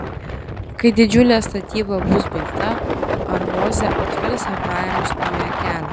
kai didžiulė statyba bus baigta ar mozė atvers hebrajams naują kelią